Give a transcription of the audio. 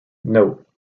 note